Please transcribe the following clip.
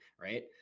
right